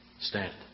stand